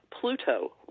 Pluto